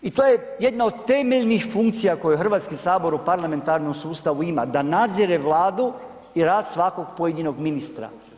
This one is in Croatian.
I to je jedna od temeljnih funkcija koje Hrvatski sabor u parlamentarnom sustavu ima da nadzire Vladu i rad svakog pojedinog ministra.